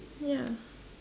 ya